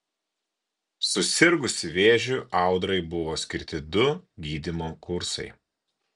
susirgusi vėžiu audrai buvo skirti du gydymo kursai